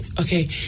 Okay